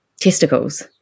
testicles